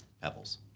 pebbles